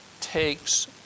takes